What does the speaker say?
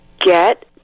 Get